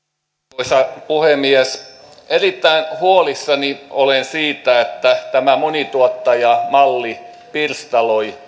arvoisa puhemies erittäin huolissani olen siitä että tämä monituottajamalli pirstaloi